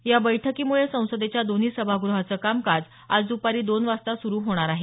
या बैठकीमुळे संसदेच्या दोन्ही सभागृहाचं कामकाज आज दुपारी दोन वाजता सुरू होणार आहे